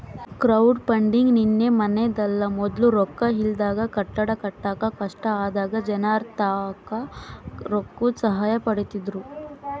crowdfunding ನಿನ್ನೆ ಮನ್ನೆದಲ್ಲ, ಮೊದ್ಲು ರೊಕ್ಕ ಇಲ್ದಾಗ ಕಟ್ಟಡ ಕಟ್ಟಾಕ ಕಷ್ಟ ಆದಾಗ ಜನರ್ತಾಕ ರೊಕ್ಕುದ್ ಸಹಾಯ ಪಡೀತಿದ್ರು